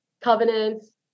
covenants